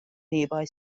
nearby